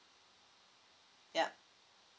yup